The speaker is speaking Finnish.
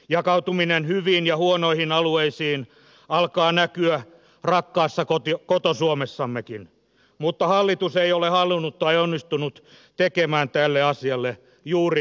jakautuminen hyviin ja huonoihin alueisiin alkaa näkyä rakkaassa koto suomessammekin mutta hallitus ei ole halunnut tehdä tai onnistunut tekemään tälle asialle juuri mitään